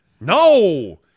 no